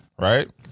Right